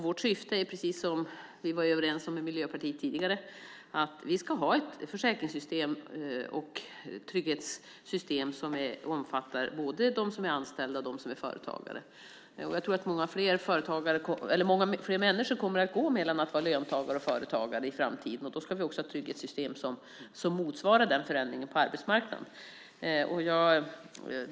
Vårt syfte är, precis som vi var överens om med Miljöpartiet tidigare, att vi ska ha ett försäkringssystem och ett trygghetssystem som omfattar både dem som är anställda och dem som är företagare. Jag tror att många fler människor kommer att gå mellan att vara löntagare och att vara företagare i framtiden. Då ska vi också ha trygghetssystem som motsvarar den förändringen på arbetsmarknaden.